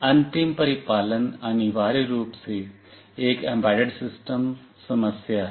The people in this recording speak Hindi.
अंतिम परिपालन अनिवार्य रूप से एक एम्बेडेड सिस्टम समस्या है